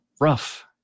rough